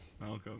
Malcolm